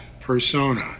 persona